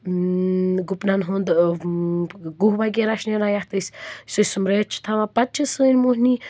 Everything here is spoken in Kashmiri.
گُپنَن ہُنٛد گُہہ وغیرہ چھُ نیران یَتھ أسۍ سُہ سُمٛبرٲیِتھ چھِ تھاوان پَتہٕ چھِ سٲنۍ مۄہنی